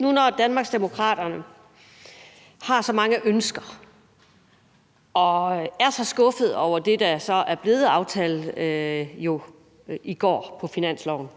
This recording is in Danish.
Nu når Danmarksdemokraterne har så mange ønsker og er så skuffede over det, der i går blev aftalt om finansloven,